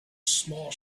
small